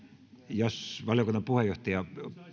jos valiokunnan puheenjohtaja